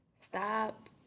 stop